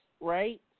right